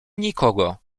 nikogo